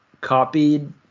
copied